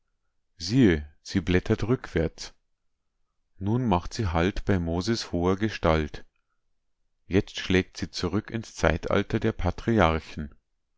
siehe sie blättert rückwärts nun macht sie halt bei moses hoher gestalt jetzt schlägt sie zurück ins zeitalter der patriarchen